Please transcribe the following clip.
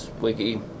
wiki